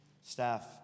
staff